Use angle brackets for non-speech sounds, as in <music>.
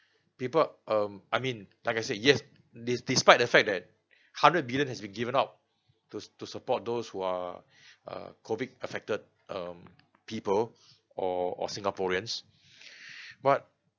people um I mean like I said yes des~ despite the fact that hundred billion has been given out to to support those who are uh COVID affected um people or or singaporeans <breath> but